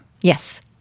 Yes